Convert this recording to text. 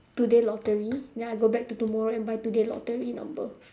today lottery then I go back to tomorrow and buy today lottery number